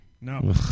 No